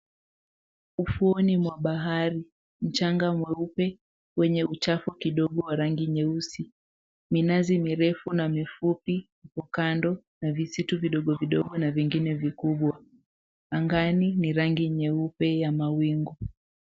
Ufuoni mwa bahari mchanga mweupe wenye uchafu kidogo wa rangi nyeusi. Minazi mirefu na mifupi iko kando na visitu vidogovidogo na vingine vikubwa. Angani ni rangi nyeupe ya mawingi.